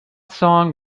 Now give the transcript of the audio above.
song